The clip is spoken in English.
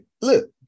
look